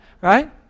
Right